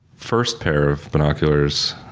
first pair of binoculars,